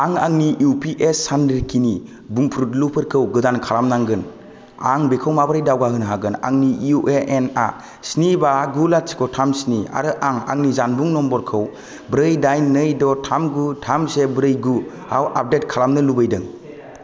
आं आंनि U P S सानरिखिनि बुंफुरलुफोरखौ गोदान खालामनांगोन आं बेखौ माबोरै दावगाहोनो हागोन आंनि इउ ए एन आ स्नि बा गु लाथिख' थाम स्नि आरो आं आंनि जानबुं नम्बरखौ ब्रै दाइन नै द' थाम गु थाम से ब्रै गुआव आपडेट खालामनो लुबैदों